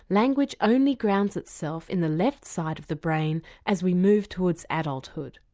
language only grounds itself in the left side of the brain as we move towards adulthood.